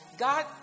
God